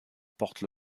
porte